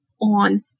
on